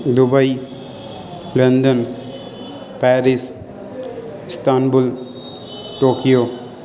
Dubai London Paris Istanbul Tokyo